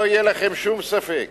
שלא יהיה לכם שום ספק,